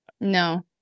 No